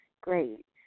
Great